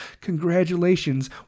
Congratulations